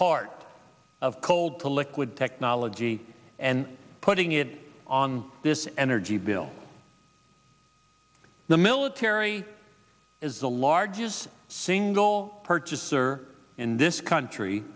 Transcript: part of cold to liquid technology and putting it on this energy bill the military is the largest single purchaser in this country